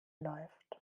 läuft